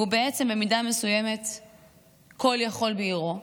והוא בעצם במידה מסוימת כול-יכול בעירו,